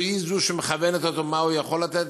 היא זו שמכוונת אותו למה שהוא יכול לעשות,